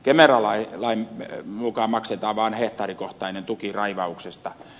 kemera lain mukaan maksetaan vain hehtaarikohtainen tuki raivauksesta